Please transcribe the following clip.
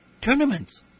tournaments